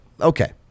Okay